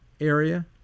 area